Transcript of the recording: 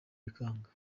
bikanga